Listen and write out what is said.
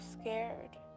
scared